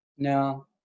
No